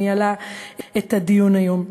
שניהלה את הדיון היום.